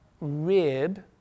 rib